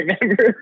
remember